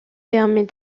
permet